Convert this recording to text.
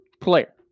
player